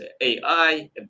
ai